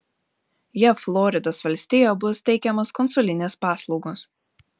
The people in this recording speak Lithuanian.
jav floridos valstijoje bus teikiamos konsulinės paslaugos